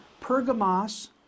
Pergamos